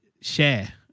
share